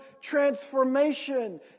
transformation